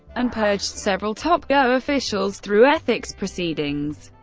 and purged several top go officials through ethics proceedings.